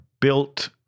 built